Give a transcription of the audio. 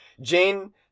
Jane